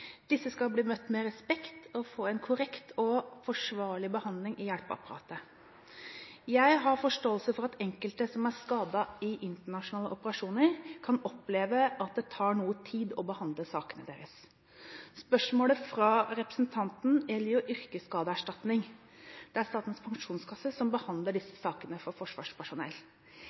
Disse skal bli møtt med respekt og få en korrekt og forsvarlig behandling i hjelpeapparatet. Jeg har forståelse for at enkelte som er skadet i internasjonale operasjoner, kan oppleve at det tar noe tid å behandle sakene deres. Spørsmålet fra representanten gjelder yrkesskadeerstatning. Det er Statens pensjonskasse som behandler disse sakene for forsvarspersonell.